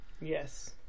yes